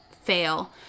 fail